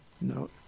no